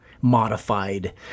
modified